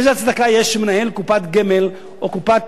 איזה הצדקה יש שמנהל קופת גמל או קופת